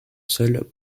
seul